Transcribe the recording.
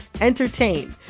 entertain